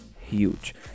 huge